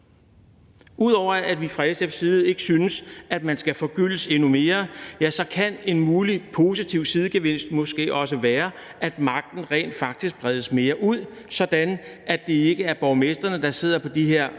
Ud over at vi fra SF's side ikke synes, at man skal forgyldes endnu mere, ja, så kan en mulig positiv sidegevinst måske også være, at magten rent faktisk bredes mere ud, sådan at det ikke er borgmestrene, der sidder på de her